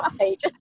Right